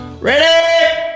Ready